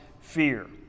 fear